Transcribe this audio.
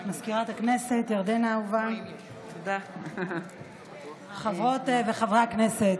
מזכירת הכנסת ירדנה האהובה, חברות וחברי הכנסת,